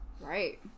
Right